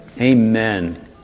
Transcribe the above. Amen